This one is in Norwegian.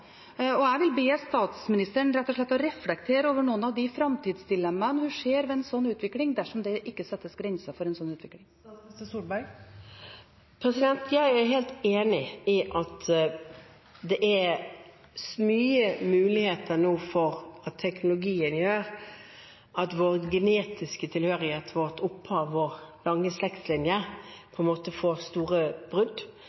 og biologisk mor. Det gir noen framtidsperspektiv som er ganske skremmende. Jeg vil be statsministeren reflektere over noen av de framtidsdilemma som hun ser ved en slik utvikling, dersom det ikke settes grenser for en slik utvikling. Jeg er helt enig i at det er mange muligheter nå for at teknologien gjør at vår genetiske tilhørighet, vårt opphav og lange slektslinjer